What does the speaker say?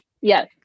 yes